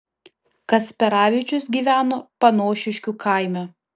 kasperavičius gyveno panošiškių kaime